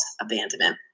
abandonment